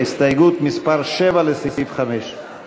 ההסתייגות (7) של קבוצת סיעת המחנה הציוני לסעיף 5 לא